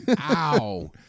ow